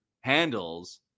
handles